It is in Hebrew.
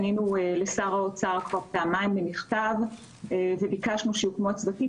פנינו אל שר האוצר כבר פעמיים במכתב וביקשנו שיוקמו הצוותים.